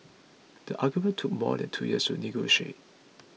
the agreement took more than two years to negotiate